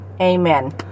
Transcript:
amen